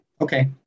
okay